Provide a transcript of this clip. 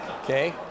Okay